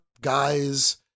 guys